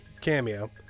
cameo